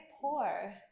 pour